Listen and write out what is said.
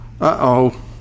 uh-oh